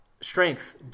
strength